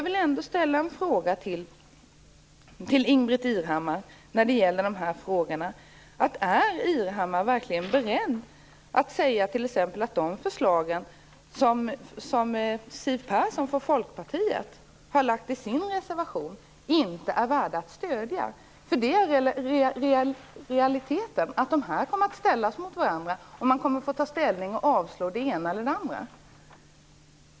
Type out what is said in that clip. Irhammar verkligen beredd att säga t.ex. att de förslag som Siw Persson från Folkpartiet har i sin reservation inte är värda att stödja? Dessa reservationer kommer ju i realiteten att ställas mot varandra. Man kommer att få ta ställning och avslå den ena eller den andra.